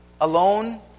alone